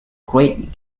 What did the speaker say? great